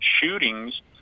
shootings